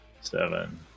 seven